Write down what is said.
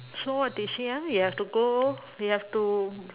so they say ah you have to go you have to